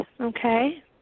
okay